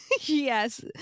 Yes